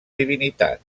divinitat